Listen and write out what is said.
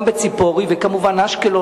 גם בציפורי וכמובן אשקלון.